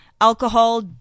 alcohol